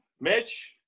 Mitch